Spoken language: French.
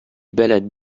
balades